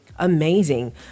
Amazing